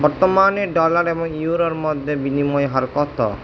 বর্তমানে ডলার এবং ইউরোর মধ্যে বিনিময় হার কত